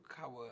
cover